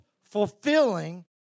fulfilling